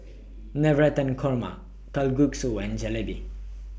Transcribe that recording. Navratan Korma Kalguksu and Jalebi